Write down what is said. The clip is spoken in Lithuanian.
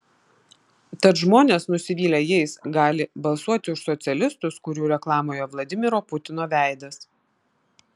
tad žmonės nusivylę jais gali balsuoti už socialistus kurių reklamoje vladimiro putino veidas